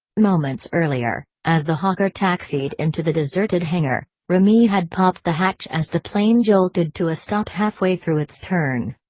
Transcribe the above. moments earlier, as the hawker taxied into the deserted hangar, remy had popped the hatch as the plane jolted to a stop halfway through its turn.